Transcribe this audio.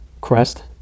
Crest